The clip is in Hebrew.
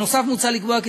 נוסף על כך,